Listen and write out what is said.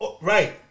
Right